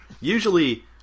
Usually